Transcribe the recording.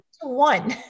one